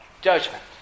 Judgment